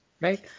right